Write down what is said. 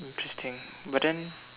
interesting but then